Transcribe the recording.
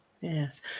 yes